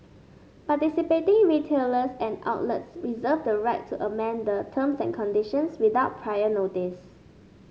participating retailers and outlets reserve the right to amend the terms and conditions without prior notice